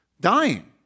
dying